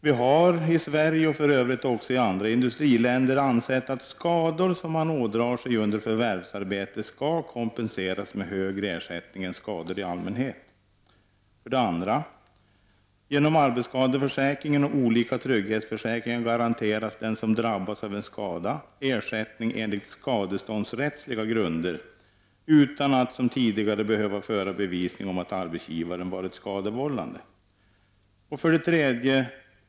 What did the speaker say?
Vi har i Sverige och även i andra industriländer ansett att skador som man ådrar sig under förvärvsarbete skall kompenseras med högre ersättning än skador i allmänhet. 2. Genom arbetsskadeförsäkringen och olika trygghetsförsäkringar garanteras den som drabbas av en skada ersättning enligt skadeståndsrättsliga grunder utan att som tidigare behöva föra i bevis att arbetsgivaren varit skadevållande. 3.